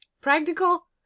practical